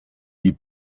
die